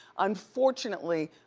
unfortunately,